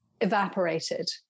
evaporated